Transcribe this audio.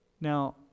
Now